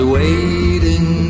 waiting